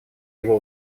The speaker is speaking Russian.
его